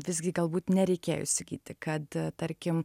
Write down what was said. visgi galbūt nereikėjo įsigyti kad tarkim